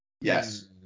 Yes